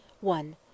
one